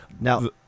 Now